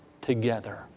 together